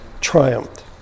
triumphed